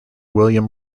william